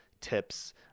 tips